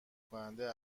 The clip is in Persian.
کننده